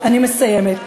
אני מסיימת.